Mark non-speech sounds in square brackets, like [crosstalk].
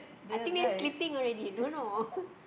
I think they sleeping already don't know [laughs]